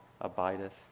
abideth